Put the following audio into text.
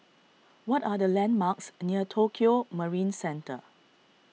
what are the landmarks near Tokio Marine Centre